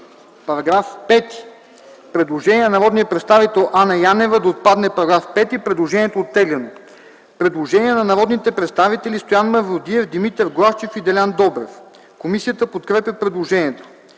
По § 5 има предложение на народния представител Анна Янева -§ 5 да отпадне. Предложението е оттеглено. Предложение на народните представители Стоян Мавродиев, Димитър Главчев и Делян Добрев. Комисията подкрепя предложението.